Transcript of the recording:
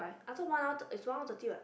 I thought one hour is one hour thirty what